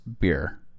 beer